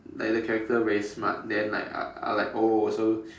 like the character very smart then like I like oh so